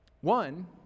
One